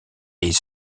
est